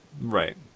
Right